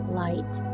light